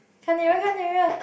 come nearer come nearer